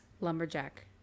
Lumberjack